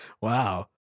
Wow